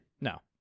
No